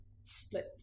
split